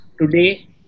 today